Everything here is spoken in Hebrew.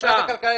משרד הכלכלה,